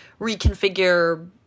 reconfigure